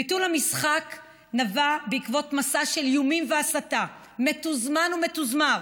ביטול המשחק נבע ממסע של איומים והסתה מתוזמן ומתוזמר